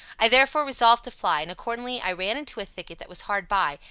i therefore resolved to fly and accordingly i ran into a thicket that was hard by,